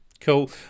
Cool